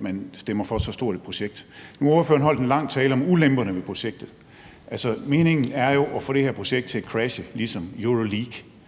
man stemmer for så stort et projekt. Nu har ordføreren holdt en lang tale om ulemperne ved projektet. Altså, meningen er jo at få det her projekt til at crashe ligesom The Super